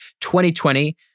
2020